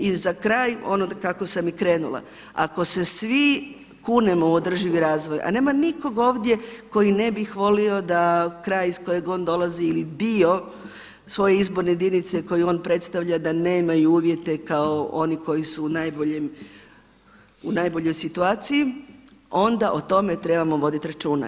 I za kraj, ono kako sam i krenula, ako se svi kunemo u održivi razvoj, a nema nikoga ovdje koji ne bi bolio da kraj iz kojeg on dolazi ili dio svoje izborne jedinice koju on predstavlja da nemaju uvjete kao oni koji su u najboljoj situaciji onda o tome trebamo voditi računa.